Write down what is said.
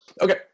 Okay